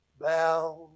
Bound